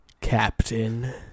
Captain